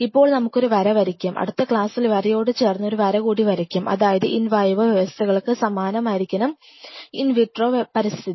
ഇപ്പോൾ നമുക്കൊരു ഒരു വര വരയ്ക്കാം അടുത്ത ക്ലാസ്സിൽ ഈ വരയോട് ചേർന്ന് ഒരു വര കൂടി വരയ്ക്കാം അതായത് ഇൻ വൈവോ വ്യവസ്ഥകൾക്ക് സമ്മാനമായിരിക്കണം ഇൻവിട്രോ പരിസ്ഥിതി